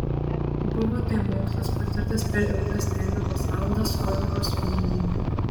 buvo tai mokslas patirtas per ilgas nemigos valandas koimbros vienuolyne